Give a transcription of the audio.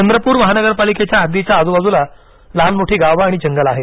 चंद्रपूर महानगरपालिकेच्या हद्दीच्या आजुबाजुला लहान मोठी गावं जंगल आहे